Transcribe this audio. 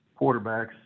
quarterbacks